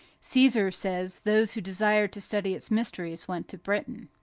caesar says those who desired to study its mysteries went to britain.